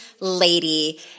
lady